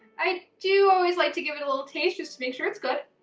i do always like to give it a little taste, just make sure it's good.